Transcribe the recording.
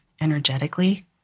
energetically